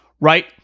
right